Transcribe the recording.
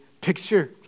picture